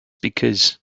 because